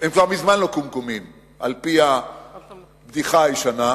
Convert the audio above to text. הם כבר מזמן לא קומקומים, על-פי הבדיחה הישנה.